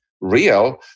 real